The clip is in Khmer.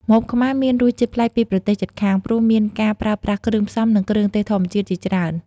ម្ហូបខ្មែរមានរសជាតិប្លែកពីប្រទេសជិតខាង ព្រោះមានការប្រើប្រាស់គ្រឿងផ្សំ និងគ្រឿងទេសធម្មជាតិជាច្រើន។